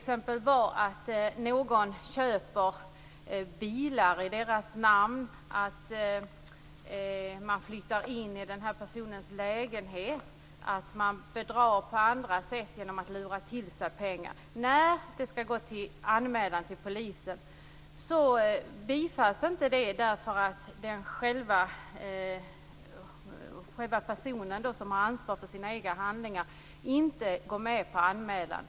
Det kan vara fråga om att någon köper bilar i personens namn, någon flyttar in i personens lägenhet, någon lurar till sig pengar i bedrägerier. Anmälan godtas inte därför att den person som skall ta ansvar för sina egna handlingar inte går med på denna anmälan.